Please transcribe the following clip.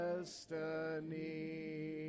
destiny